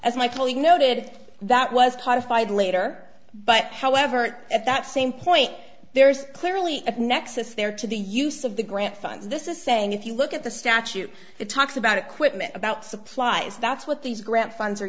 as my colleague noted that was codified later but however if that same point there's clearly a nexus there to the use of the grant funds this is saying if you look at the statute it it's about equipment about supplies that's what these grant funds are